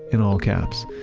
in all caps,